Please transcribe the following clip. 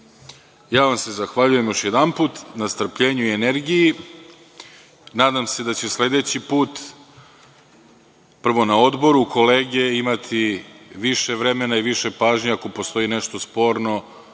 vam se još jednom na strpljenju i energiji. Nadam se da ću sledeći put, prvo na odboru kolege imati više vremena i više pažnje, ako postoji nešto sporno